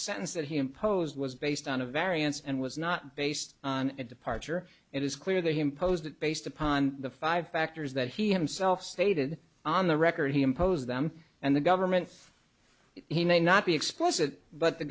sentence that he imposed was based on a variance and was not based on a departure it is clear to him posed that based upon the five factors that he himself stated on the record he imposed them and the government he may not be explicit but the